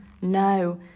no